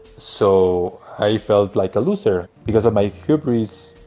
so i felt like a loser. because of my hubris,